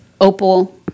opal